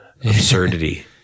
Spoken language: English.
absurdity